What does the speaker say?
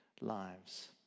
lives